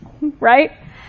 right